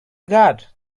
god